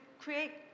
create